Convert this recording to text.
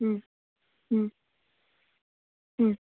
ह्म् ह्म् ह्म्